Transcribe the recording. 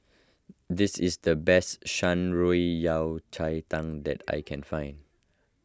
this is the best Shan Rui Yao Cai Tang that I can find